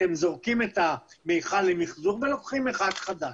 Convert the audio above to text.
אתם זורקים את המיכל למחזור ולוקחים אחד חדש.